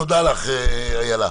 תודה לך, איילה.